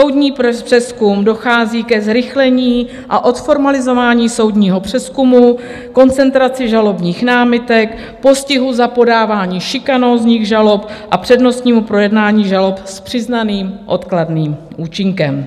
Soudní přezkum: dochází ke zrychlení a odformalizování soudního přezkumu, koncentraci žalobních námitek, postihu za podávání šikanózních žalob a přednostnímu projednání žalob s přiznaným odkladným účinkem.